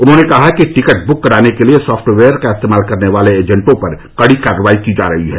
उन्होंने कहा कि टिकट बुक करने के लिए सॉफ्टवेयर का इस्तेमाल करने वाले एजेंटों पर कड़ी कार्रवाई की जा रही है